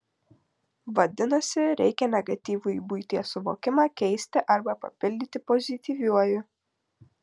vadinasi reikia negatyvųjį buities suvokimą keisti arba papildyti pozityviuoju